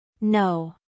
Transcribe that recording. No